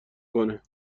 کنه